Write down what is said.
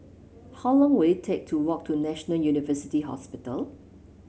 how long will it take to walk to National University Hospital